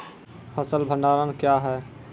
फसल भंडारण क्या हैं?